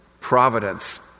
Providence